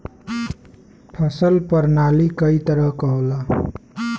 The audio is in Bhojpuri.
फसल परनाली कई तरह क होला